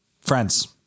friends